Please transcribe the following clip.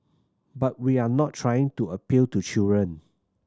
but we're not trying to appeal to children